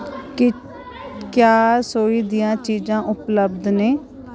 क्या रसोई दियां चीजां उपलब्ध न